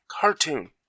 Cartoon